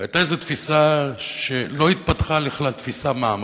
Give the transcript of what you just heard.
היתה איזו תפיסה שלא התפתחה לכלל תפיסה מעמדית,